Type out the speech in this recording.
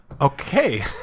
Okay